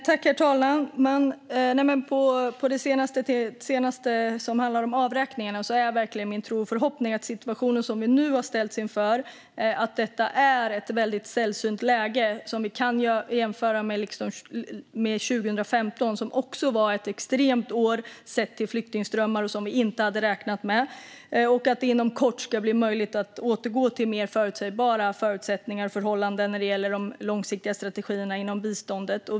Herr talman! När det gäller avräkningarna är min tro och förhoppning verkligen att den situation vi nu har ställts inför är ett väldigt sällsynt läge som kan jämföras med 2015, som också var ett extremt år sett till flyktingströmmar som vi inte hade räknat med, och att det inom kort ska bli möjligt att återgå till mer förutsägbara förutsättningar och förhållanden när det gäller de långsiktiga strategierna inom biståndet.